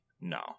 No